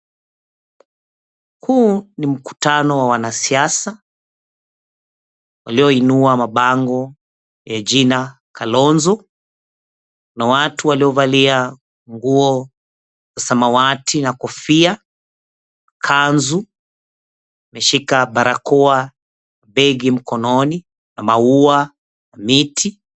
Huu ni mkutano wa wanasiasa walioinua mabango ya jina, "Kalonzo". Na watu waliovalia nguo za samawati na kofia, kanzu, wameshika barakoa, begi mkononi na maua, miti.